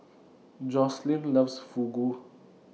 Joslyn loves Fugu